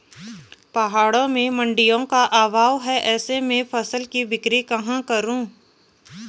पहाड़ों में मडिंयों का अभाव है ऐसे में फसल की बिक्री कहाँ करूँ?